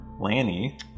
Lanny